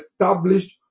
established